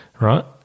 right